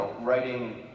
writing